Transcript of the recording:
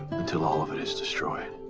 until all of it is destroyed.